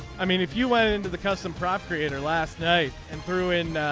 i mean if you went into the custom prop creator last night and threw in